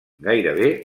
gairebé